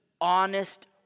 honest